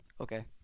Okay